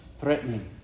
threatening